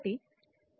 సరైనది